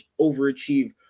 overachieve